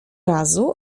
razu